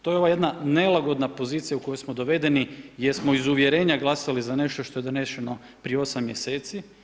To je ova jedna nelagodna pozicija u koju smo dovedeni jer smo iz uvjerenja glasali za nešto što je doneseno prije 8 mjeseci.